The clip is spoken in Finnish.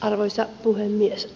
arvoisa puhemies